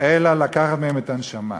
אלא לקחת מהם את הנשמה.